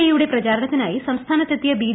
A യുടെ പ്രചാരണത്തിനായി സംസ്ഥാനത്തെത്തിയ ബി